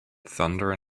thunder